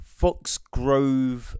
Foxgrove